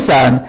Son